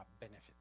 benefit